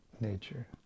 nature